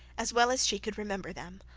as well as she could remember them,